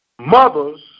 Mothers